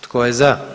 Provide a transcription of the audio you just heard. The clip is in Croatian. Tko je za?